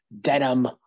denim